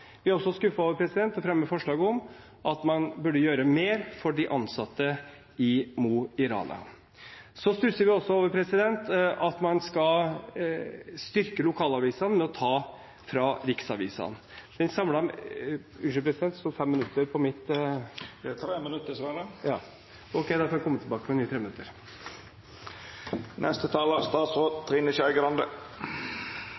Vi er også skuffet over at man ikke gjør mer for de ansatte i Mo i Rana, og fremmer forslag om det. Så stusser vi over at man skal styrke lokalavisene ved å ta fra riksavisene. Unnskyld, president, jeg mener jeg har 5 minutter. Det er 3 minutt dessverre. Da får jeg komme tilbake